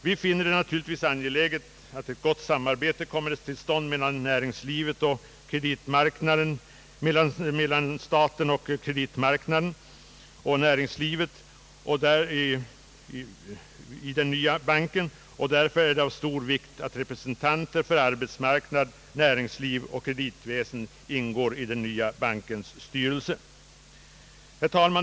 Vi finner det naturligtvis angeläget att ett gott samarbete kommer till stånd mellan staten, näringslivet och kreditmarknaden i den nya banken, och därför är det av stor vikt att representanter för arbetsmarknad och näringsliv och kreditväsende ingår i den nya bankens styrelse. Herr talman!